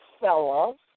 fellas